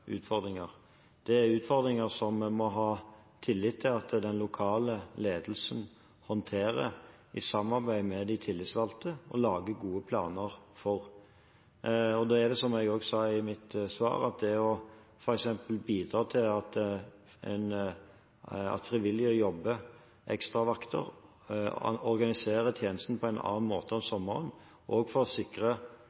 Det er utfordringer som vi må ha tillit til at den lokale ledelsen håndterer i samarbeid med de tillitsvalgte og lager gode planer for. Da har, som jeg også sa i mitt svar, f.eks. det å bidra til at frivillige jobber ekstravakter, å organisere tjenesten på en annen måte